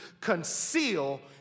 conceal